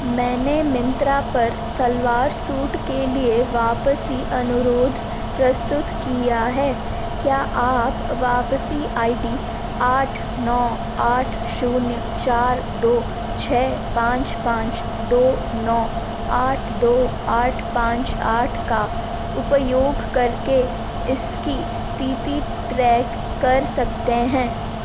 मैंने माइन्त्रा पर सलवार सूट के लिए वापसी अनुरोध प्रस्तुत किया है क्या आप वापसी आई डी आठ नौ आठ शून्य चार दो छह पाँच पाँच दो नौ आठ दो आठ पाँच आठ का उपयोग करके इसकी इस्थिति ट्रैक कर सकते हैं